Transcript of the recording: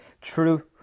true